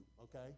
okay